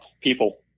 people